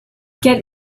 get